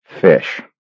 Fish